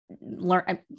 Learn